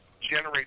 generate